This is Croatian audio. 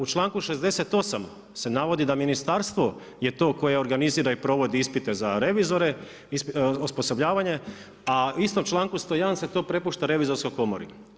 U članku 68. se navodi da ministarstvo je to koje organizira i provodi ispite za revizore, osposobljavanje, a u istom članku 101. se to prepušta Revizorskoj komori.